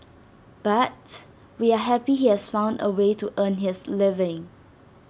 but we are happy he has found A way to earn his living